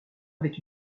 avait